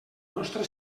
nostre